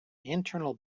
internal